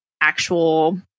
actual